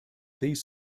these